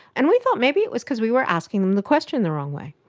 and we thought maybe it was because we were asking them the question the wrong way.